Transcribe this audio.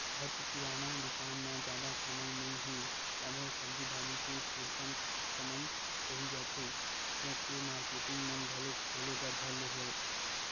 घर के किराना दुकान म जादा कमई नइ हे तभो सब्जी भाजी के पुरतन कमई होही जाथे सोच के मारकेटिंग मन घलोक खोले बर धर ले हे